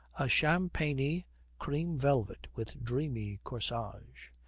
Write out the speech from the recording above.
a champagny cream velvet with dreamy corsage.